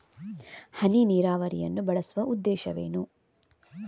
ಹನಿ ನೀರಾವರಿಯನ್ನು ಬಳಸುವ ಉದ್ದೇಶವೇನು?